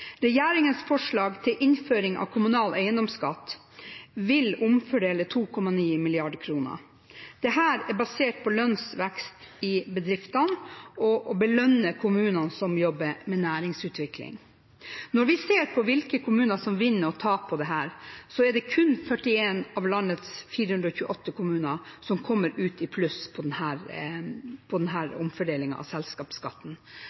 Regjeringens forslag til innføring av kommunal eiendomsskatt vil omfordele 2,9 mrd. kr. Dette er basert på lønnsvekst i bedriftene og belønner kommunene som jobber med næringsutvikling. Når vi ser på hvilke kommuner som vinner og taper på dette, er det kun 41 av landets 428 kommuner som kommer ut i pluss ved denne omfordelingen av selskapsskatten.